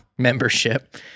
membership